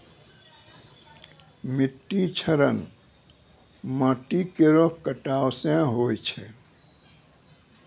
मिट्टी क्षरण माटी केरो कटाव सें होय छै